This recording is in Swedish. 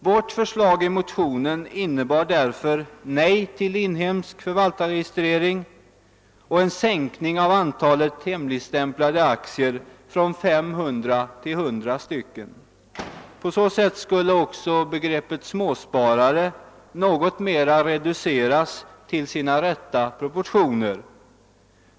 Vårt förslag i motionen innebär därför ett nej till inhemsk förvaltarregistrering och en sänkning av antalet hemligstämplade aktier från 500 till 100. På så sätt skulle också begreppet småsparare något mera reduceras till sin rätta proportion.